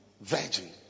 virgin